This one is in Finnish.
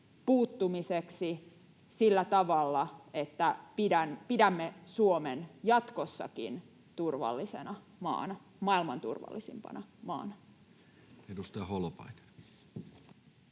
puuttumiseksi sillä tavalla, että pidämme Suomen jatkossakin turvallisena maana, maailman turvallisimpana maana? Edustaja Holopainen.